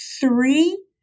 three